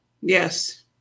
Yes